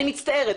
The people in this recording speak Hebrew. אני מצטערת.